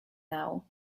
now